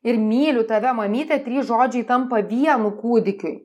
ir myliu tave mamyte trys žodžiai tampa vienu kūdikiui